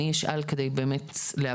אני אשאל כדי להבין.